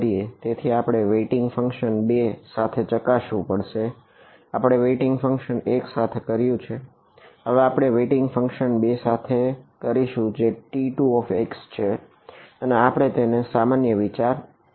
તેથી આપણે weighting function 2 સાથે કરશું જે T2x છે અને તે આપણને સામાન્ય વિચાર આપશે